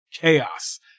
chaos